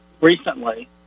recently